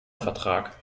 vertrag